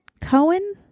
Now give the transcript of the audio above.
Cohen